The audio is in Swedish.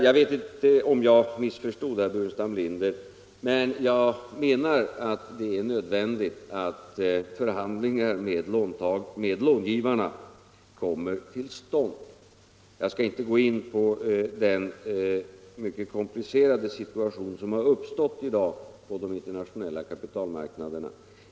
Jag vet inte om jag missförstod herr Burenstam Linder, men jag menar att det är nödvändigt att förhandlingar med långivarna kommer till stånd. Jag skall inte gå in på den mycket komplicerade situation som har uppstått i dag på de internationella kapitalmarknaderna.